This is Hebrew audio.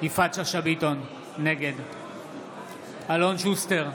יפעת שאשא ביטון, נגד אלון שוסטר,